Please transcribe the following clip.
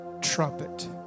trumpet